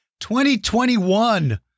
2021